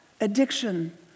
addiction